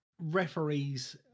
Referees